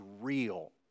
real